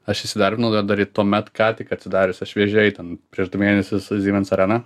aš įsidarbinau dar dar į tuomet ką tik atsidariusią šviežiai ten prieš du mėnesius siemens areną